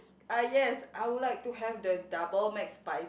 ah yes I would like to have the double McSpicy